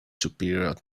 superior